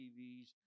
TVs